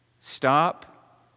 Stop